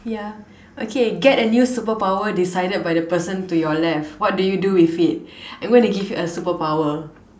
ya okay get a new superpower decided by the person to your left what do you do with it and when they give you a superpower hmm